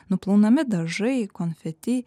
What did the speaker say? nuplaunami dažai konfeti